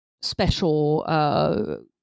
special